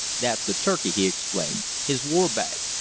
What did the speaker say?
that's the turkey' he explained, his war bag.